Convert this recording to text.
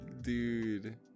Dude